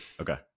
Okay